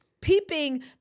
peeping